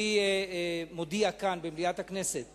אני מודיע כאן במליאת הכנסת